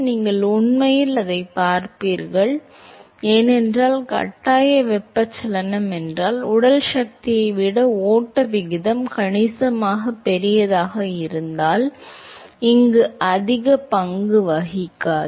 நீங்கள் உண்மையில் அதைப் பார்ப்பீர்கள் ஏனென்றால் கட்டாய வெப்பச்சலனம் என்றால் உடல் சக்தியை விட ஓட்ட விகிதம் கணிசமாக பெரியதாக இருந்தால் இங்கு அதிக பங்கு வகிக்காது